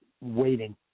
waiting